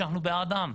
שאנחנו בעדם.